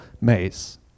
maze